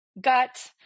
gut